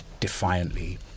defiantly